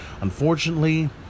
unfortunately